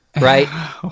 Right